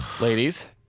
Ladies